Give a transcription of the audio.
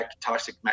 toxic